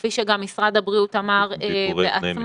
כפי שגם משרד הבריאות אמר בעצמו.